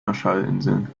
marshallinseln